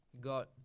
got